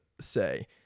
say